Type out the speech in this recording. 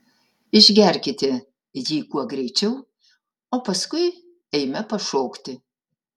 išgerkite jį kuo greičiau o paskui eime pašokti